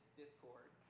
discord